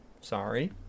Sorry